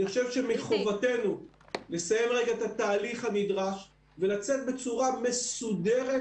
אני חושב שמחובתנו לסיים רגע את התהליך הנדרש ולצאת בצורה מסודרת,